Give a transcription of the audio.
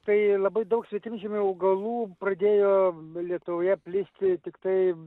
tai labai daug svetimžemių augalų pradėjo lietuvoje plisti tiktai